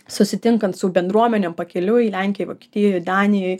susitinkant su bendruomenėm pakeliui lenkijoj vokietijoj danijoj